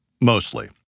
mostly